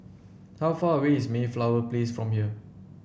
how far away is Mayflower Place from here